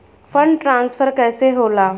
Fund transfer कैसे होला?